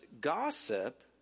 gossip